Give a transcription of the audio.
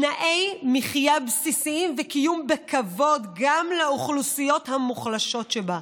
תנאי מחיה בסיסיים וקיום בכבוד גם לאוכלוסיות המוחלשות שבה.